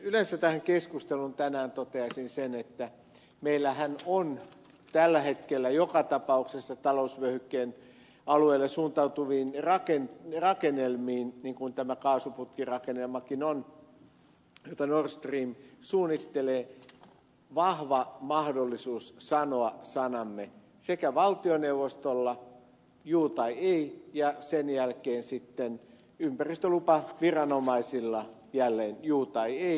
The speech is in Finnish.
yleensä tähän keskusteluun tänään toteaisin sen että meillähän on tällä hetkellä joka tapauksessa talousvyöhykkeen alueelle suuntautuviin rakennelmiin jollainen tämä kaasuputkirakennelmakin on jota nord stream suunnittelee vahva mahdollisuus sanoa sanamme sekä valtioneuvostolla juu tai ei ja sen jälkeen ympäristölupaviranomaisilla jälleen juu tai ei